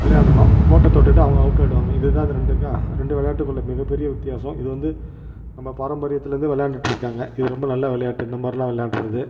விளையாடணும் கோட்டை தொட்டுட்டால் அவங்க அவுட்டாயிடுவாங்க இதுதான் அந்த ரெண்டு கா ரெண்டு விளையாட்டுக்குள்ள மிகப்பெரிய வித்தியாசம் இது வந்து நம்ப பாரம்பரியத்தில் இருந்து விளாண்டுட்ருக்காங்க இது ரொம்ப நல்ல விளையாட்டு இந்த மாதிரிலாம் விளாடுறது